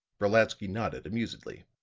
brolatsky nodded amusedly.